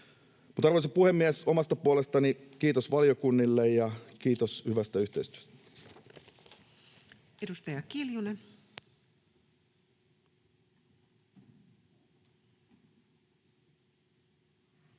Arvoisa puhemies! Omasta puolestani kiitos valiokunnille ja kiitos hyvästä yhteistyöstä.